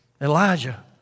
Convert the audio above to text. Elijah